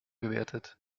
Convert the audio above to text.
gewertet